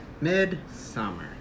Midsummer